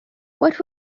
what